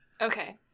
Okay